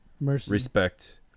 respect